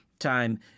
time